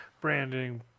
branding